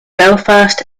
belfast